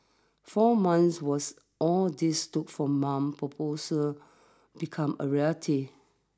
four months was all this took for Ma's proposal become a reality